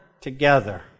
together